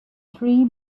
three